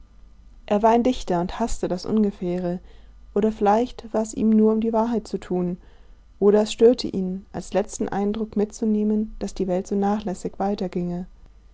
er war ein dichter und haßte das ungefähre oder vielleicht war es ihm nur um die wahrheit zu tun oder es störte ihn als letzten eindruck mitzunehmen daß die welt so nachlässig